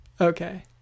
Okay